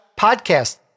podcast